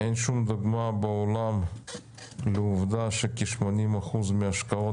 אין שום דוגמה בעולם לעובדה שכ-80% מההשקעות